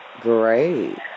Great